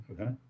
okay